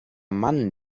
mann